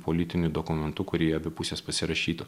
politiniu dokumentu kurį abi pusės pasirašytų